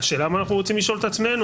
השאלה היא מה אנחנו רוצים לשאול את עצמנו,